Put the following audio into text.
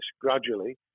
gradually